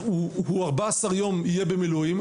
14 יום הוא יהיה במילואים,